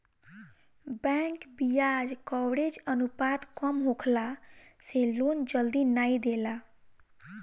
bank बियाज coverage अनुपात कम होखला से लोन जल्दी नाइ देला